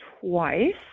twice